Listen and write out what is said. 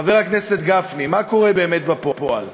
חבר הכנסת גפני, מה קורה באמת בפועל?